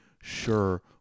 sure